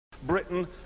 Britain